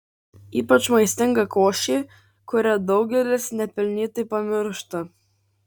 ypač maistinga košė kurią daugelis nepelnytai pamiršta